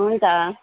हुन्छ